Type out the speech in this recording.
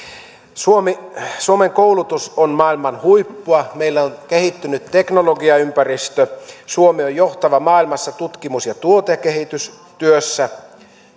suomen koulutus on maailman huippua meillä on kehittynyt teknologiaympäristö suomi on maailmassa johtava tutkimus ja tuotekehitystyössä